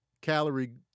calorie